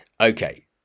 okay